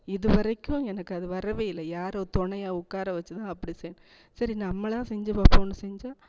இது வரைக்கும் எனக்கு அது வரவே இல்லை யாரோ துணையா உட்கார வெச்சுதான் அப்படி செய் சரி நம்மளாக செஞ்சு பார்ப்போன்னு செஞ்சால்